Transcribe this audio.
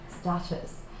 status